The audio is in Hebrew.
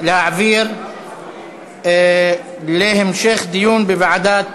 להעביר להמשך דיון בוועדת החוקה,